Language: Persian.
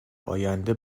آینده